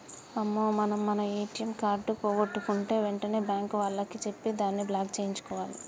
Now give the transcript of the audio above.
అమ్మో మనం మన ఏటీఎం కార్డు పోగొట్టుకుంటే వెంటనే బ్యాంకు వాళ్లకి చెప్పి దాన్ని బ్లాక్ సేయించుకోవాలి